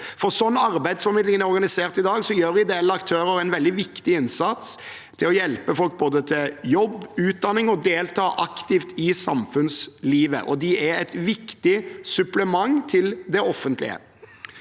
for sånn arbeidsformidlingen er organisert i dag, gjør ideelle aktører en veldig viktig innsats for å hjelpe folk til både jobb, utdanning og å delta aktivt i samfunnslivet. De er et viktig supplement til det offentlige.